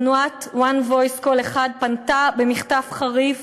תנועת One Voice, "קול אחד", פנתה במכתב חריף